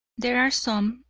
there are some,